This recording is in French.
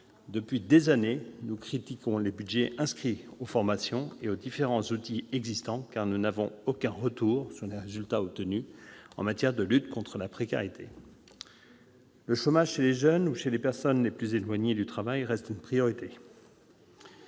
Depuis des années, nous critiquons les budgets affectés aux formations et aux différents outils existants, car nous n'avons aucun retour sur les résultats obtenus en matière de lutte contre la précarité. Lutter contre le chômage des jeunes et des personnes les plus éloignées du travail reste une priorité.